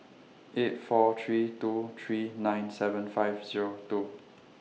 eight four three two three nine seven five Zero two